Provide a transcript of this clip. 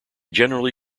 generally